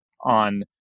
on